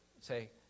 say